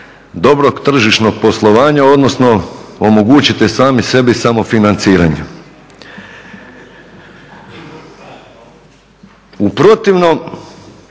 dobrog tržišnog poslovanja, odnosno omogućite sami sebi samofinanciranje.